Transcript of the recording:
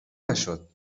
نشد